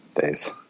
days